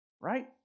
right